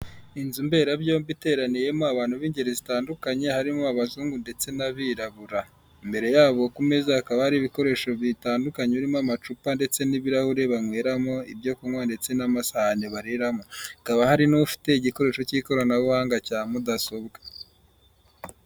Inzu mberabyombi iteraniyemo abantu b'ingeri zitandukanye harimo abazungu ndetse n'abirabura mbere yabo ku meza hakaba hari ibikoresho bitandukanye urimo amacupa ndetse n'ibirahuri banyweramo ibyo kunywa ndetse n'amasahani bariramo hakaba hari n'ufite igikoresho cy'ikoranabuhanga cya mudasobwa.